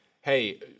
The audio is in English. hey